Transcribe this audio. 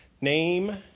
Name